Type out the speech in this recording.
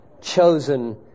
chosen